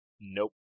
Nope